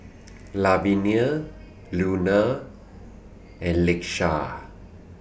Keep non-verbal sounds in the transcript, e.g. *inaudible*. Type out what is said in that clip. *noise* Lavinia Luna and Leisha